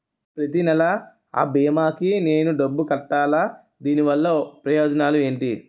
ప్రతినెల అ భీమా కి నేను డబ్బు కట్టాలా? దీనివల్ల ప్రయోజనాలు ఎంటి?